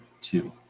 two